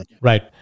Right